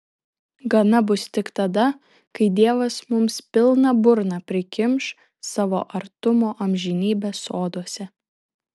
gana bus tik tada kai dievas mums pilną burną prikimš savo artumo amžinybės soduose